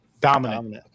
Dominant